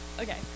Okay